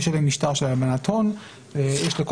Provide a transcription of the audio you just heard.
יש עליהם משטר של הלבנת הון,